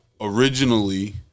originally